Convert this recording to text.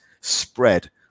spread